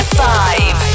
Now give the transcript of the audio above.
five